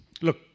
Look